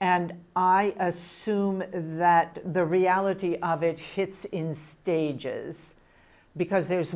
and i assume that the reality of it hits in stages because there's